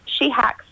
shehacks